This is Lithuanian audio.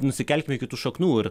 nusikelkim iki tų šaknų ir